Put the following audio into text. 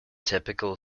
typical